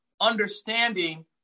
understanding